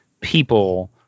people